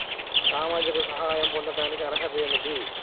సామాజిక సహాయం పొందటానికి అర్హత ఏమిటి?